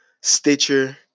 Stitcher